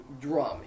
drum